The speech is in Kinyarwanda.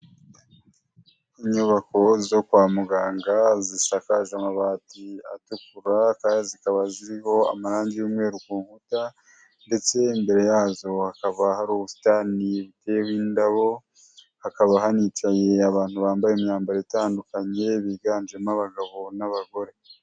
inyubako zo kwa muganga zisakaza amabati atukura kandi zikaba ziriho amarangi y'umweru ku nkuta ndetse imbere yazo hakaba hari ubusitani buteyeho indabo, hakaba hanicaye abantu bambaye imyambaro itandukanye biganjemo abagabo n'abagore.